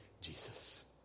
Jesus